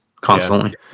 constantly